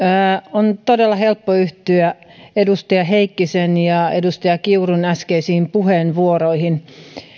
on todella helppo yhtyä edustaja heikkisen ja edustaja kiurun äskeisiin puheenvuoroihin